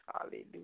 Hallelujah